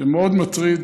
זה מאוד מטריד.